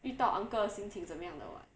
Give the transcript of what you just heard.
遇到 uncle 的心情怎么样的 [what]